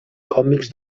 còmics